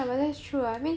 well that's true lah